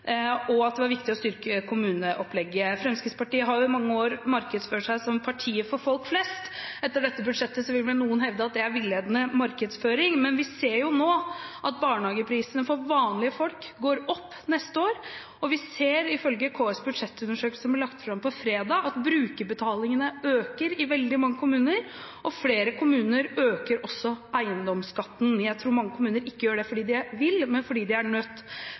og at det var viktig å styrke kommuneopplegget: Fremskrittspartiet har i mange år markedsført seg som partiet for folk flest, men etter dette budsjettet vil vel noen hevde at det er villedende markedsføring. Vi ser jo nå at barnehageprisene for vanlige folk går opp neste år, og vi ser – ifølge KS’ budsjettundersøkelse, som ble lagt fram på fredag – at brukerbetalingene øker i veldig mange kommuner. Flere kommuner øker også eiendomsskatten. Jeg tror mange kommuner gjør det ikke fordi de vil, men fordi de er nødt.